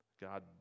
God